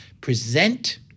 present